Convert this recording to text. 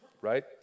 Right